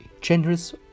generous